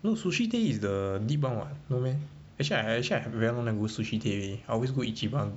no sushi tei is the lip palm [what] no meh actually I actually I very long never go sushi tei already I always go ichiban